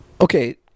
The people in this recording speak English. okay